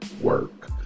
work